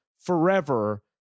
forever